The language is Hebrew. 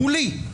מולי,